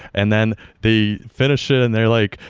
and then they finish it and they're like,